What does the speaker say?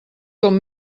com